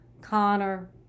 Connor